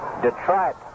Detroit